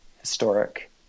historic